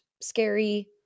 scary